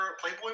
Playboy